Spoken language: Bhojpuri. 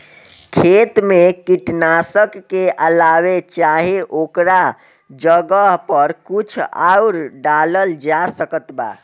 खेत मे कीटनाशक के अलावे चाहे ओकरा जगह पर कुछ आउर डालल जा सकत बा?